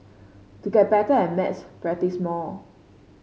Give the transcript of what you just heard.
to get better at maths practise more